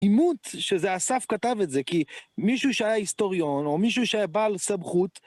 עימות שזה אסף כתב את זה, כי מישהו שהיה היסטוריון או מישהו שהיה בעל סמכות...